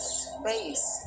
space